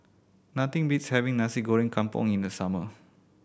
nothing beats having Nasi Goreng Kampung in the summer